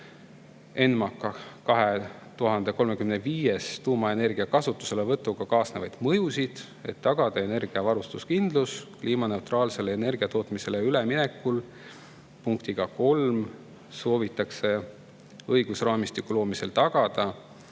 ENMAK 2035-s tuumaenergia kasutuselevõtuga kaasnevaid mõjusid, et tagada energiavarustuskindlus kliimaneutraalsele energiatootmisele üleminekul. Punktiga 3 soovitakse õigusraamistiku loomisel tagada,